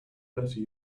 better